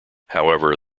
however